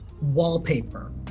Wallpaper